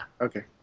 Okay